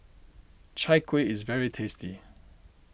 Chai Kuih is very tasty